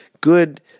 good